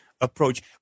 approach